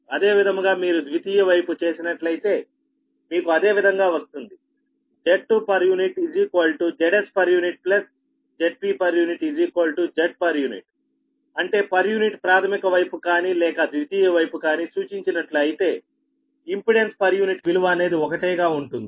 అదే విధముగా మీరు ద్వితీయ వైపు చేసినట్లయితే మీకు అదే విధంగా వస్తుంది Z2 Zs Zp Z అంటే పర్ యూనిట్ ప్రాథమిక వైపు కానీ లేక ద్వితీయ వైపు కానీ సూచించినట్లు అయితే ఇంపెడెన్స్ పర్ యూనిట్ విలువ అనేది ఒకటే గా ఉంటుంది